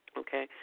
okay